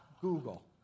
Google